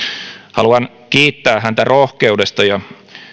haluan kiittää häntä rohkeudesta ja